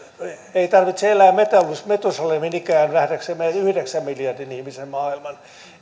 ei tarvitse elää metusalemin ikään nähdäksemme yhdeksän miljardin ihmisen maailman